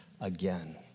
again